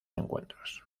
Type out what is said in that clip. encuentros